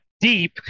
deep